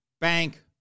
bank